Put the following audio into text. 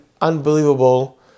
unbelievable